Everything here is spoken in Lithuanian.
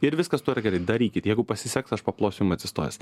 ir viskas su tuo yra gerai darykit jeigu pasiseks aš paplosiu jum atsistojęs